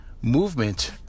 Movement